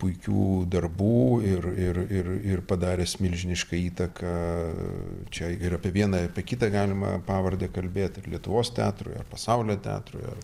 puikių darbų ir ir ir ir padaręs milžinišką įtaką čia ir apie vieną apie kitą galima pavardę kalbėt ir lietuvos teatrui ar pasaulio teatrui ar